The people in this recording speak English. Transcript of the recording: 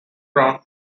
brown